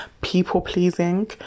people-pleasing